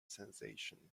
sensation